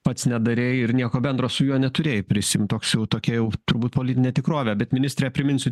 pats nedarei ir nieko bendro su juo neturėjai prisiimt toks jau tokia jau turbūt politinė tikrovė bet ministre priminsiu